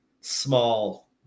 small